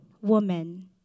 woman